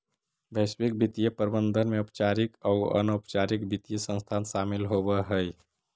वैश्विक वित्तीय प्रबंधन में औपचारिक आउ अनौपचारिक वित्तीय संस्थान शामिल होवऽ हई